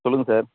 சொல்லுங்கள் சார்